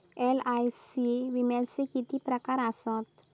LIC विम्याचे किती प्रकार आसत?